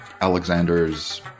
Alexander's